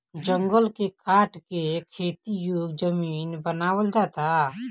जंगल के काट के खेती योग्य जमीन बनावल जाता